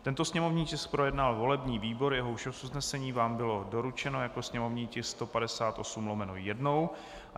Tento sněmovní tisk projednal volební výbor, jehož usnesení vám bylo doručeno jako sněmovní tisk 158/1.